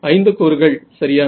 ஐந்து கூறுகள் சரியா